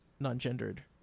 Non-gendered